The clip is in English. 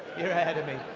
you're ahead of me.